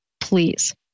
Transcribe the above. Please